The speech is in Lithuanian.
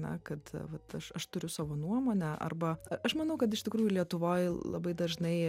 na kad vat aš aš turiu savo nuomonę arba aš manau kad iš tikrųjų lietuvoj labai dažnai